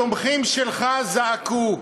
התומכים שלך זעקו: